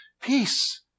peace